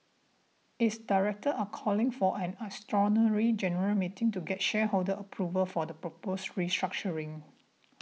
its directors are calling for an extraordinary general meeting to get shareholder approval for the proposed restructuring